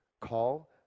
call